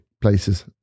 places